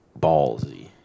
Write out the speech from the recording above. ballsy